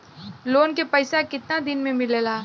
Loan के पैसा कितना दिन मे मिलेला?